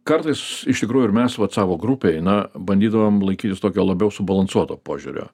kartais iš tikrųjų ir mes vat savo grupėj na bandydavom laikytis tokio labiau subalansuoto požiūrio